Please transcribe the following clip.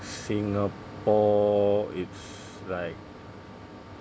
Singapore it's like